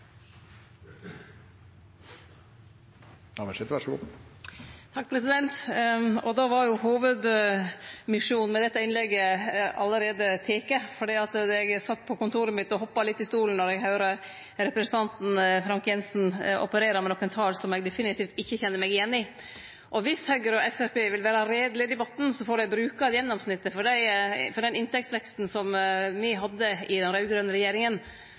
bedrev «klagesang». Så poenget står seg, men jeg beklager at tallet ble feil. Hovudmisjonen med dette innlegget er allereie teke – for eg sat på kontoret mitt og hoppa litt i stolen då eg høyrde representanten Frank J. Jenssen operere med nokre tal som eg definitivt ikkje kjende meg igjen i. Viss Høgre og Framstegspartiet vil vere reielege i debatten, får dei bruke gjennomsnittet av den inntektsveksten som me hadde i den raud-grøne regjeringa,